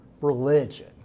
religion